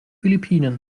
philippinen